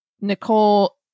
Nicole